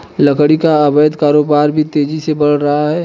लकड़ी का अवैध कारोबार भी तेजी से बढ़ रहा है